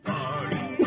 Party